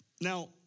Now